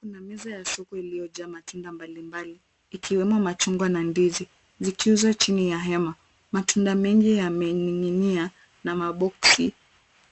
Kuna meza ya soko iliyojaa matunda mbali mbali, yakiwemo machungwa na ndizi zikiuzwa chini ya hema. Matunda mengi yamening'inia na maboksi